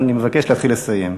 אני מבקש להתחיל לסיים.